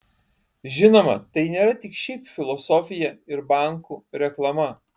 žinoma tai nėra tik šiaip filosofija ir bankų reklama